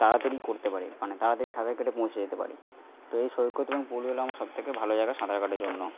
তাড়াতাড়ি করতে পারি মানে তাড়াতাড়ি সাঁতার কেটে পৌঁছে যেতে পারি তো এই সৈকত এবং পুল হল আমার সব থেকে ভালো জায়গা সাঁতার কাটার জন্য